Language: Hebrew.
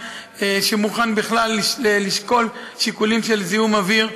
שמוכן בכלל לשקול שיקולים של זיהום אוויר.